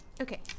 Okay